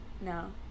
No